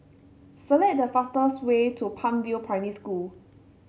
select the fastest way to Palm View Primary School